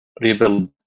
rebuild